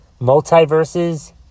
multiverses